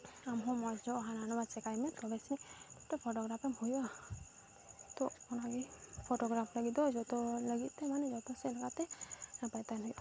ᱟᱢ ᱦᱚᱸ ᱢᱚᱡᱽ ᱧᱚᱜ ᱦᱟᱱᱟ ᱱᱟᱣᱟ ᱪᱮᱠᱟᱭ ᱢᱮ ᱛᱚᱵᱮ ᱜᱮ ᱢᱤᱫᱴᱮᱡ ᱯᱷᱚᱴᱳᱜᱨᱟᱯᱷᱤᱢ ᱦᱩᱭᱩᱜᱼᱟ ᱛᱚ ᱚᱱᱟ ᱜᱮ ᱯᱷᱚᱴᱳᱜᱨᱟᱯᱷ ᱞᱟᱹᱜᱤᱫ ᱫᱚ ᱡᱚᱛᱚ ᱞᱟᱹᱜᱤᱫ ᱛᱮ ᱢᱟᱱᱮ ᱡᱚᱛᱚ ᱥᱮᱫ ᱞᱮᱠᱟᱛᱮ ᱢᱟᱱᱮ ᱱᱟᱯᱟᱭ ᱛᱟᱦᱮᱱ ᱦᱩᱭᱩᱜᱼᱟ